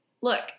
look